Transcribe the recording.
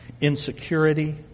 insecurity